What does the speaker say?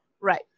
Right